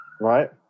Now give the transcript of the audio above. right